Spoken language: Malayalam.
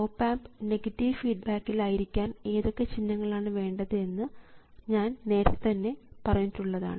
ഓപ് ആമ്പ് നെഗറ്റീവ് ഫീഡ്ബാക്കിൽ ആയിരിക്കാൻ ഏതൊക്കെ ചിഹ്നങ്ങളാണ് വേണ്ടത് എന്ന് ഞാൻ നേരത്തെ തന്നെ പറഞ്ഞിട്ടുള്ളതാണ്